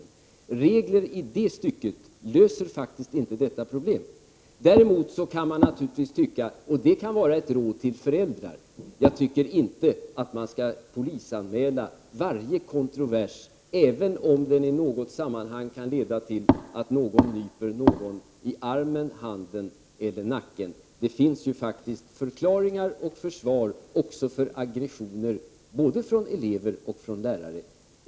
Regler i det stycket löser faktiskt inte detta problem. Däremot tycker jag, och det kan vara ett råd till föräldrar, att man inte skall polisanmäla varje kontrovers, även om den i något sammanhang kan leda till att en person nyper någon annan i armen, handen eller nacken. Det finns faktiskt förklaringar och försvar även för aggressioner mellan elever och lärare.